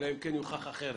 אלא אם כן הוכח אחרת,